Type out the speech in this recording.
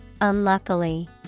unluckily